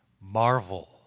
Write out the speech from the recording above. marvel